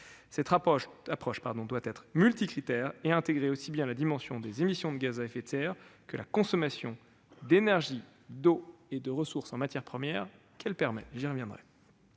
Cette approche doit être multicritère et intégrer aussi bien la dimension des émissions de gaz à effet de serre que la consommation d'énergie, d'eau et de ressources en matières premières. Le second